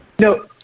no